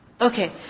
Okay